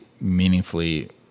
meaningfully